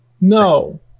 no